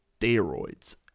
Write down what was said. steroids